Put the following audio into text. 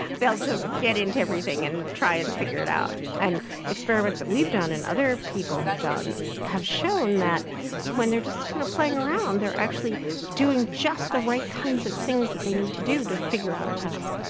ah just to get into everything and try and figure it out. and experiments that we've done and other people have done have shown that when they are just kind of playing around they are actually doing just the right kinds of things that they need to do to figure out a task.